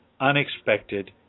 unexpected